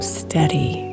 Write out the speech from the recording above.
steady